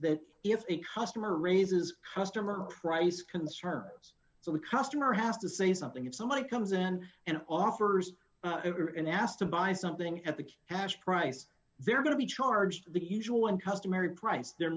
that if the customer raises customer price concerns so we customer has to say something if somebody comes in and offers and asked to buy something at the cash price they're going to be charged the usual and customary price they're